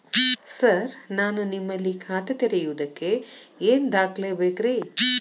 Sir ನಾನು ನಿಮ್ಮಲ್ಲಿ ಖಾತೆ ತೆರೆಯುವುದಕ್ಕೆ ಏನ್ ದಾಖಲೆ ಬೇಕ್ರಿ?